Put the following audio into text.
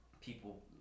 people